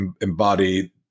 embody